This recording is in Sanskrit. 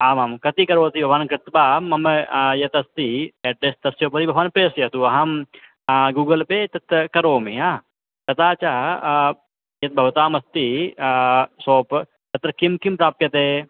आमां कति करोति भवान् गत्वा मम यत् अस्ति डेस्क् तस्य उपरि भवान् प्रेषयतु अहं गूगल् पे तत् करोमि तथा च यद्भवतामस्ति शोप् तत्र किं किं प्राप्यते